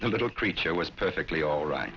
the little creature was perfectly alright